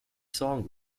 song